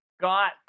got